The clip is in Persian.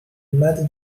مرد